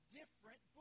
different